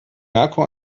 merkur